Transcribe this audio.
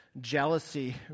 jealousy